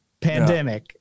pandemic